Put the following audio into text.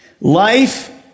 Life